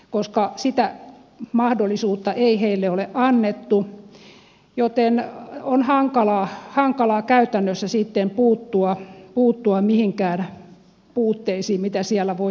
koska sitä mahdollisuutta ei heille ole annettu joten on hankalaa käytännössä sitten puuttua mihinkään puutteisiin mitä siellä voi olla